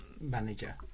manager